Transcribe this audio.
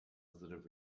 positive